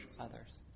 others